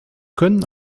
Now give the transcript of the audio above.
können